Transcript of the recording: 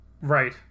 Right